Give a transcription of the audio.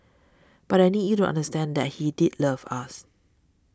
but I need you to understand that he did love us